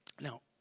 Now